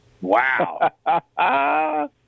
Wow